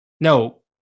No